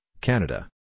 Canada